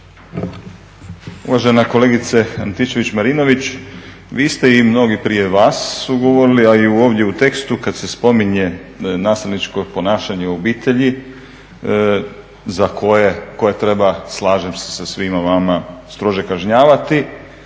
Uvažena kolegice Antičević-Marinović, vi ste i mnogi prije vas su govorili, a i ovdje u tekstu kad se spominje nasilničko ponašanje u obitelji koje treba slažem se sa svima vama strože kažnjavati,